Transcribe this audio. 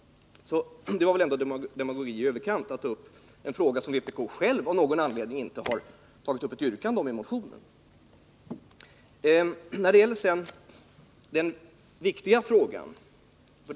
Det var väl ändå demagogi i överkant att här ta upp en fråga i vilken man inte har ställt något yrkande i sin motion.